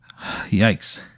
Yikes